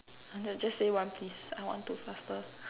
hurry up just say one please I want to faster